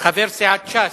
חבר סיעת ש"ס,